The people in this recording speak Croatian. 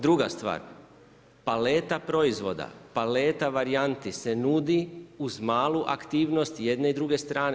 Druga stvar, paleta proizvoda, paleta varijanti se nudi uz malu aktivnost jedne i druge strane.